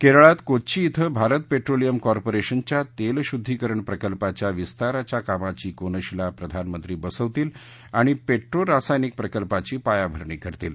केरळात कोच्ची धिं भारत पेट्रोलियम कॉपोरेशनच्या तेलशुद्धिकरण प्रकल्पाच्या विस्ताराच्या कामाची कोनशिला प्रधानमंत्री बसवतील आणि पेट्रोरासायनिक प्रकल्पाची पायाभरणी करतील